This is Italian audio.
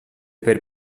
per